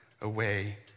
away